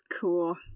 cool